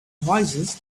voicesand